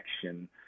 connection